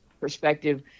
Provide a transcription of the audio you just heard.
perspective